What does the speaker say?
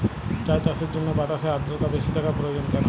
চা চাষের জন্য বাতাসে আর্দ্রতা বেশি থাকা প্রয়োজন কেন?